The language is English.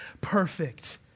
perfect